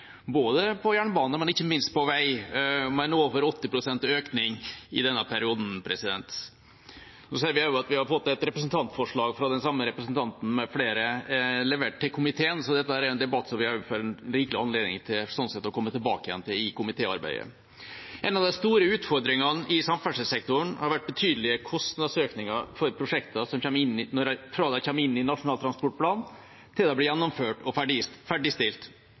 på jernbane, men ikke minst på vei, med over 80 pst. økning i denne perioden. Vi ser også at vi har fått et representantforslag fra den samme representanten, med flere, levert til komiteen, så dette er en debatt som vi sånn sett får rikelig anledning til å komme tilbake til i komitéarbeidet. En av de store utfordringene i samferdselssektoren har vært betydelige kostnadsøkninger for prosjekter fra de kommer inn i Nasjonal transportplan, til de blir gjennomført og ferdigstilt.